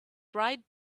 bright